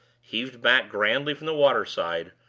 heaved back grandly from the water-side,